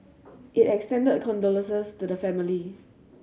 it extended condolences to the family